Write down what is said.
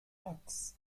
max